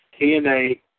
TNA